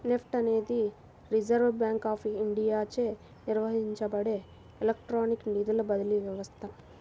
NEFT అనేది reserve bank of ఇండియాచే నిర్వహించబడే ఎలక్ట్రానిక్ నిధుల బదిలీ వ్యవస్థ